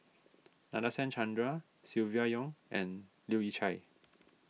Nadasen Chandra Silvia Yong and Leu Yew Chye